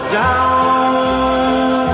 down